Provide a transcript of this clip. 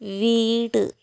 വീട്